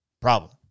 Problem